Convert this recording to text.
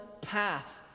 path